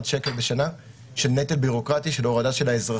שקל בשנה של נטל ביורוקרטי על האזרחים,